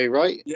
right